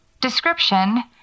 description